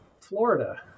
Florida